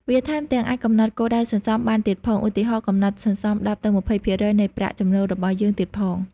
វាថែមទាំង អាចកំណត់គោលដៅសន្សំបានទៀតផង ឧទាហរណ៍ កំណត់សន្សំ ១០ ទៅ ២០% នៃប្រាក់ចំណូលរបស់យើងទៀតផង។